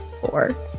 Four